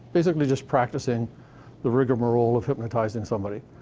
basically just practicing the rigmarole of hypnotizing somebody.